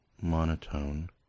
monotone